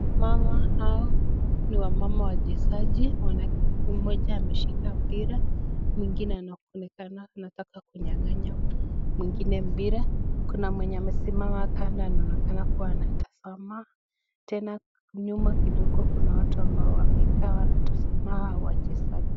Mama hao ni wamama wachezaji, mmoja ameshika mpira, mwingine anaonekana anataka kunyanganya mwingine mpira. Kuna mwenye amesimama kando anaonekana kuwa anatazama, tena nyuma kidogo kuna watu ambao wamekaa wanatazama hawa wachezaji.